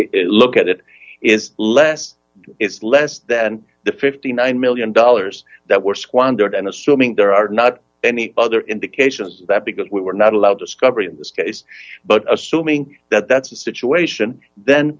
to look at it is less it's less than the fifty nine million dollars that were squandered and assuming there are not any other indications that because we were not allowed discovery in this case but assuming that that's the situation th